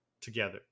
together